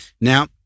Now